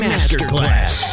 Masterclass